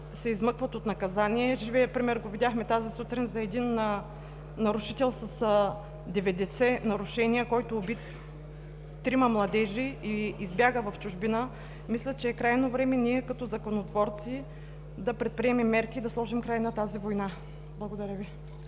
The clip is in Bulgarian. се измъкват от наказание, живият пример го видяхме тази сутрин за един нарушител с 90 нарушения, който уби 3 младежи и избяга в чужбина, мисля, че е крайно време ние като законотворци да предприемем мерки и да сложим край на тази война. Благодаря Ви.